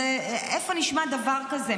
איפה נשמע דבר כזה?